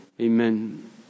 amen